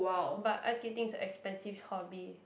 but ice skating is expensive hobby